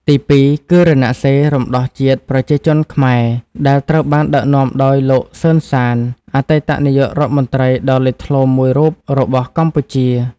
ទីពីរ គឺរណសិរ្សរំដោះជាតិប្រជាជនខ្មែរ ដែលត្រូវបានដឹកនាំដោយលោក សឺន សាន អតីតនាយករដ្ឋមន្ត្រីដ៏លេចធ្លោមួយរូបរបស់កម្ពុជា។